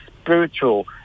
spiritual